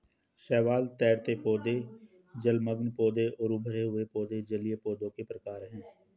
शैवाल, तैरते पौधे, जलमग्न पौधे और उभरे हुए पौधे जलीय पौधों के प्रकार है